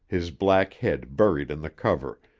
his black head buried in the cover,